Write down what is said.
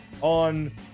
on